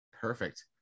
perfect